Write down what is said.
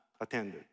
attended